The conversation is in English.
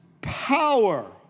power